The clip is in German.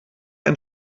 ein